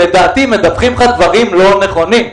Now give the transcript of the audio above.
לדעתי מדווחים לך דברים לא נכונים.